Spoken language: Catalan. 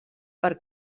per